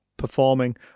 performing